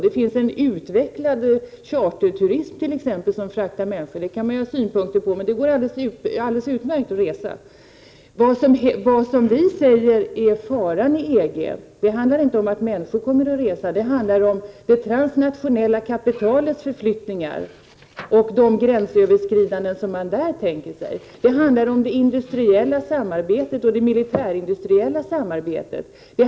Det finns en utvecklad charterturism, som man i och för sig kan ha synpunkter på, men som gör att det går alldeles utmärkt att resa. Vad som vi ser som faran med EG är inte att människor kommer att resa utan det transnationella kapitalets förflyttningar och de gränsöverskridanden som man har tänkt sig där. Det handlar om industriellt och militärindustriellt samarbete.